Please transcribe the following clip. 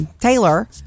Taylor